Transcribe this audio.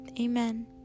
Amen